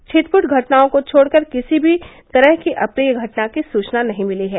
छिटपूट घटनाओं को छोड़कर किसी भी तरह की अप्रिय घटना की सूचना नही मिली है